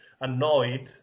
annoyed